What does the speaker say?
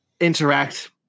interact